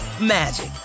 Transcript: magic